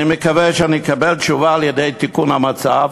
אני מקווה שאני אקבל תשובה על-ידי תיקון המצב,